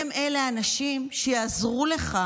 הם האנשים שיעזרו לך,